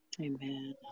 Amen